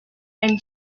and